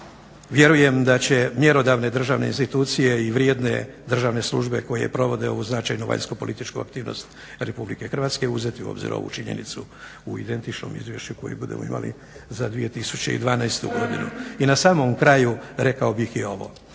Vjerujem da će mjerodavne državne institucije i vrijedne državne službe koje provode ovu značajnu vanjskopolitičku aktivnost RH uzeti u obzir ovu činjenicu u identičnom izvješću koje budemo imali za 2012.godinu. I na samom kraju rekao bih i ovo.